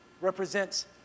represents